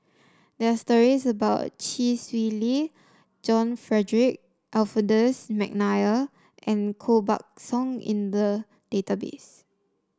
there are stories about Chee Swee Lee John Frederick Adolphus McNair and Koh Buck Song in the database